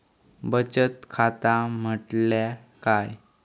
बचत खाता म्हटल्या काय?